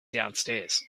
downstairs